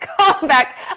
comeback